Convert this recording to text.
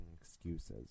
excuses